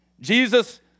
Jesus